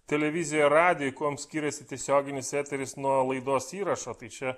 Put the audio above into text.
televizijoj ar radijuj kuom skiriasi tiesioginis eteris nuo laidos įrašo tai čia